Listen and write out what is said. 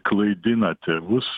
klaidina tėvus